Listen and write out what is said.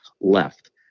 left